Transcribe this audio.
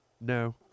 No